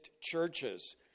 churches